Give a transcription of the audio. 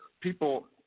people